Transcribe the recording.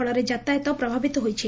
ଫଳରେ ଯାତାୟତ ପ୍ରଭାବିତ ହୋଇଛି